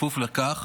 בכפוף לכך